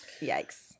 Yikes